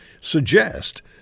suggest